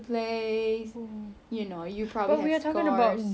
good body or body or good looks right